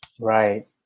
right